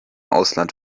ausland